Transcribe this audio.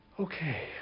Okay